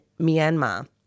Myanmar